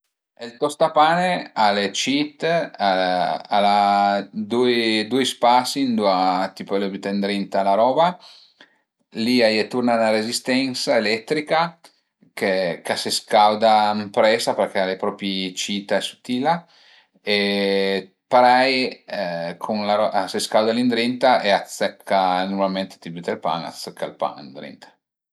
Ël tostapane al e cit, al a dui dui spasi ëndua ti pöle büté ëndrinta la roba, li a ie turna 'na rezistensa eletrica ch'a së scauda ënpresa përché al e propi cita e sutila e parei cun la roba a së scauda li ëndrinta e a të sëcca, nurmalment t'ie büte ël pan, a t'sëcca ël pan